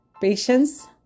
patience